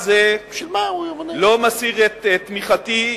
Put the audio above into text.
אני לא מסיר את תמיכתי,